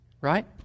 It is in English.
right